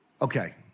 Okay